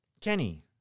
Kenny